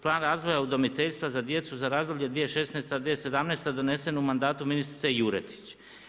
Plan razvoja udomiteljstva za djecu za razdoblje 2016.-2017. donesen u mandatu ministrice Juretić.